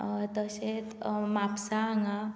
तशेंच म्हापसा हांगा